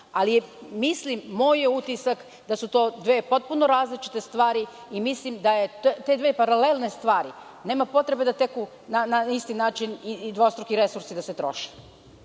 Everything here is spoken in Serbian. Mislim, moj je utisak da su to dve potpuno različite stvari i mislim da te dve paralelne stvari nema potrebe da teku na isti način i dvostruki resursi da se troše.